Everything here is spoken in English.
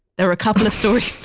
there are a couple of stories